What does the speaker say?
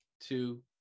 two